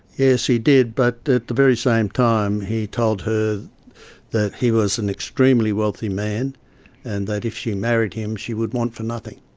yes, he did, but at the very same time he told her that he was an extremely wealthy man and that if she married him she would want for nothing.